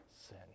sin